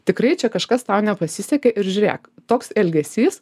tikrai čia kažkas tau nepasisekė ir žiūrėk toks elgesys